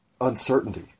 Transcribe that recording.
uncertainty